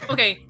Okay